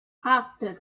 after